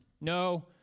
No